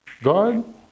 God